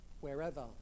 wherever